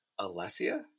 Alessia